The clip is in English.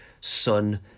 son